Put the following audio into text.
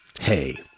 Hey